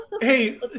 hey